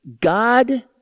God